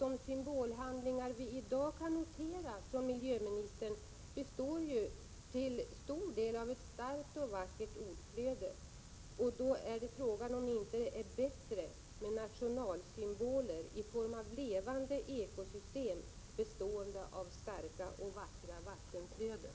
De symbolhandlingar som i dag kan noteras från miljöministerns sida består till stor del av ett starkt och vackert ordflöde, och då är frågan om det inte är bättre med nationalsymboler i form av levande ekosystem bestående av starka och vackra vattenflöden.